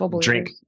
drink